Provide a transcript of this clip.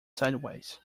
sideways